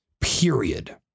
Period